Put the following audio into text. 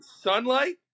sunlight